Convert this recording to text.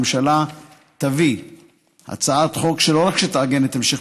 הממשלה תביא הצעת חוק שלא רק תעגן את המשך